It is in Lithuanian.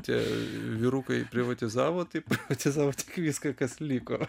tie vyrukai privatizavo tai privatizavo tik viską kas liko